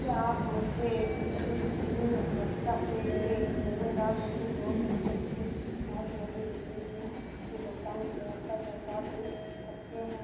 क्या आप मुझे पिछले पिछले सप्ताह के लिए केरल राज्य विद्युत बोर्ड लिमिटेड के साथ मेरी बिजली बिल के भुगतान इतिहास का संसार दे सकते हैं